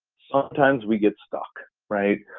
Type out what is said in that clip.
sometimes we get stuck, right?